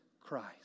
Christ